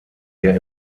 der